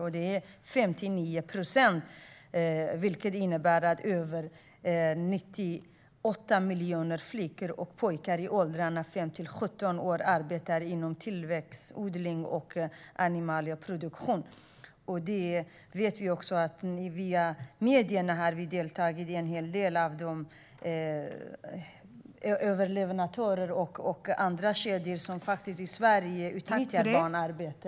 Det handlar om 59 procent, vilket innebär att över 98 miljoner flickor och pojkar i åldrarna 5-17 år arbetar inom växtodling och animalieproduktion. Vi vet via medierna att vi har deltagit i en hel del av detta genom leverantörer som utnyttjar barnarbete och som levererar varor till kedjor i Sverige.